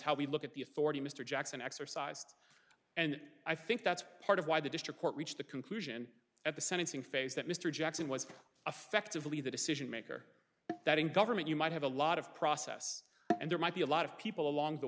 we look at the authority mr jackson exercised and i think that's part of why the district court reached the conclusion at the sentencing phase that mr jackson was affectively the decision maker that in government you might have a lot of process and there might be a lot of people along the